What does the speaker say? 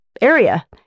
area